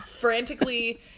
frantically